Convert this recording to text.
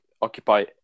occupy